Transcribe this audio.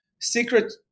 secret